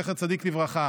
זכר צדיק לברכה,